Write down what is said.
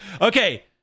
okay